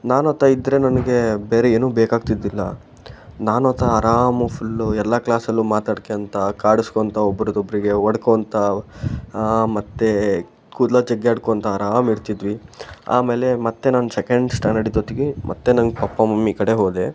ನಾನು ಆತ ಇದ್ದರೆ ನನಗೆ ಬೇರೆ ಏನು ಬೇಕಾಗ್ತಿದ್ದಿಲ್ಲ ನಾನು ಆತ ಆರಾಮು ಫುಲ್ಲು ಎಲ್ಲಾ ಕ್ಲಾಸಲ್ಲೂ ಮಾತಾಡ್ಕೆಳ್ತಾ ಕಾಡಿಸ್ಕೊಳ್ತಾ ಒಬ್ರಿದ ಒಬ್ಬರಿಗೆ ಹೊಡ್ಕೊಳ್ತಾ ಮತ್ತು ಕೂದಲ ಜಗ್ಯಾಡ್ಕೊಂತ ಆರಾಮು ಇರ್ತಿದ್ವಿ ಆಮೇಲೆ ಮತ್ತೆ ನನ್ನ ಸೆಕೆಂಡ್ ಸ್ಟ್ಯಾಂಡರ್ಡಿದ ಹೊತ್ತಿಗೆ ಮತ್ತೆ ನನ್ನ ಪಪ್ಪ ಮಮ್ಮಿ ಕಡೆ ಹೋದೆ